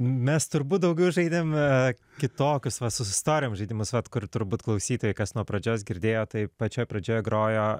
mes turbūt daugiau žaidėm kitokius va su istorijom žaidimus vat kur turbūt klausytojai kas nuo pradžios girdėjo tai pačioj pradžioj grojo